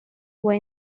were